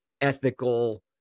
ethical